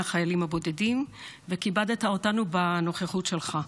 החיילים הבודדים וכיבדת אותנו בנוכחות שלך.